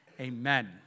Amen